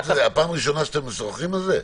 ראשונה שאתם משוחחים על זה?